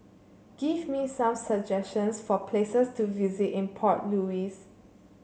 give me some suggestions for places to visit in Port Louis